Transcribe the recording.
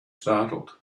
startled